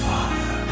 Father